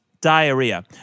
diarrhea